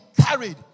carried